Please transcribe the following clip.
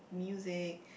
music